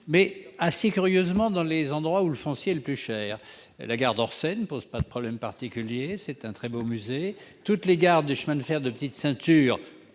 mais, assez curieusement, dans des endroits où le foncier est le plus cher. La gare d'Orsay, par exemple, n'a pas posé de problème particulier et est devenue un très beau musée. Toutes les gares du chemin de fer de la petite ceinture